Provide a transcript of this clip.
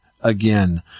again